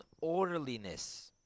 orderliness